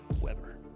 Weber